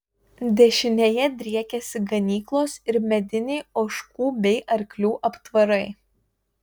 dešinėje driekėsi ganyklos ir mediniai ožkų bei arklių aptvarai